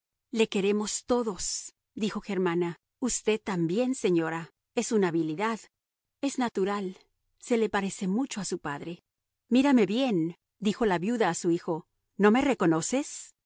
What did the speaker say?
le queremos todos dijo germana usted también señora es una habilidad es natural se le parece mucho a su padre mírame bien dijo la viuda a su hijo no me reconoces